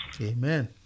amen